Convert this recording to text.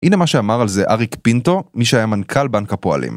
הנה מה שאמר על זה אריק פינטו, מי שהיה מנכ"ל בנק הפועלים.